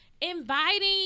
Inviting